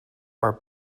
are